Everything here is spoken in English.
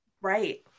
right